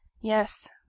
Yes